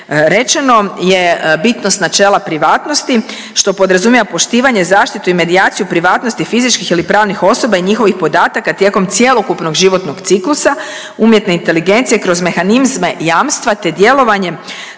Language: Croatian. rečeno je bitnost načela privatnosti što podrazumijeva poštivanje, zaštitu i medijaciju privatnosti fizičkih ili pravnih osoba i njihovih podataka tijekom cjelokupnog životnog ciklusa umjetne inteligencije kroz mehanizme jamstva te djelovanjem